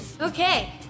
Okay